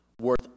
worth